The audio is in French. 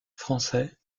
français